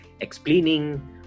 explaining